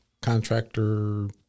contractor